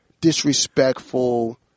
disrespectful